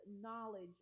knowledge